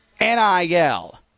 NIL